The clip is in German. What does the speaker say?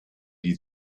die